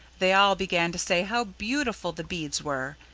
they all began to say how beautiful the beads were.